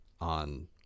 on